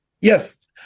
Yes